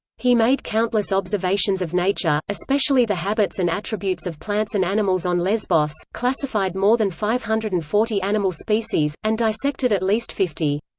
he made countless observations of nature, especially especially the habits and attributes of plants and animals on lesbos, classified more than five hundred and forty animal species, and dissected at least fifty.